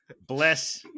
Bless